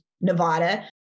Nevada